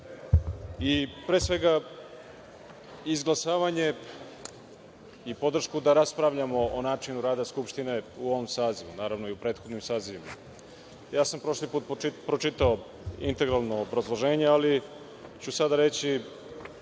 i, pre svega, izglasavanje i podršku da raspravljamo o načinu rada Skupštine u ovom sazivu, naravno, i u prethodnim sazivima. Prošli put sam pročitao integralno obrazloženje, ali ću sada reći